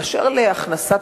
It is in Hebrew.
אשר להכנסת